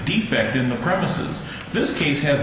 defect in the premises this case ha